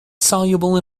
soluble